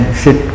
sit